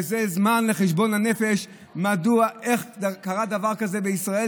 וזה הזמן לחשבון הנפש מדוע ואיך קרה דבר כזה בישראל,